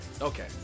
Okay